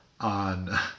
on